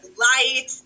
light